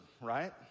right